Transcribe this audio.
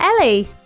Ellie